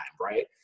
right